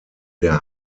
der